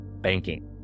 Banking